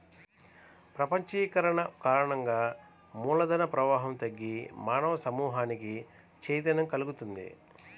ప్రపంచీకరణ కారణంగా మూల ధన ప్రవాహం తగ్గి మానవ సమూహానికి చైతన్యం కల్గుతున్నది